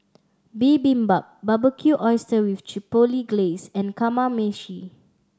Bibimbap Barbecue Oyster with Chipotle Glaze and Kamameshi